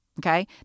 okay